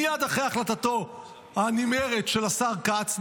מייד אחרי החלטתו הנמהרת של השר כץ,